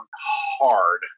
hard